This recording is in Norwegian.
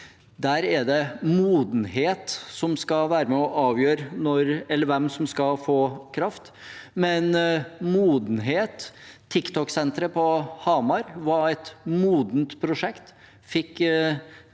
Der er det modenhet som skal være med og avgjøre hvem som skal få kraft. Men modenhet – TikTok-senteret på Hamar var et modent prosjekt